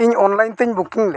ᱤᱧ ᱛᱮᱧ ᱞᱮᱫᱼᱟ